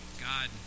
God